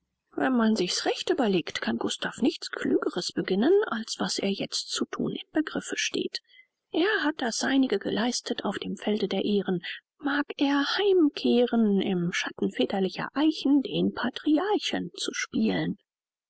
wenn man sich's recht überlegt kann gustav nichts klügeres beginnen als was er jetzt zu thun im begriffe steht er hat das seinige geleistet auf dem felde der ehren mag er heimkehren im schatten väterlicher eichen den patriarchen zu spielen